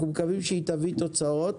אנחנו מקווים שהיא תביא תוצאות.